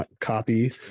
copy